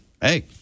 hey